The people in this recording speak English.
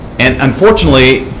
and unfortunately,